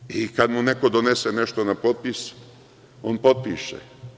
Malo koji i kada mu neko donese nešto na potpis on potpiše.